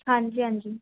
ਹਾਂਜੀ ਹਾਂਜੀ